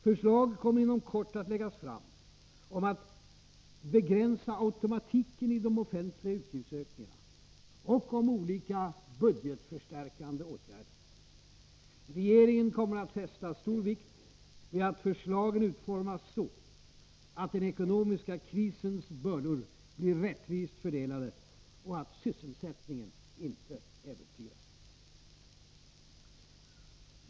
Förslag kommer inom kort att läggas fram om att begränsa automatiken i de offentliga utgiftsökningarna och om olika budgetförstärkande åtgärder. Regeringen kommer att fästa stor vikt vid att förslagen utformas så att den ekonomiska krisens bördor blir rättvist fördelade och att sysselsättningen inte äventyras.